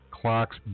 clocks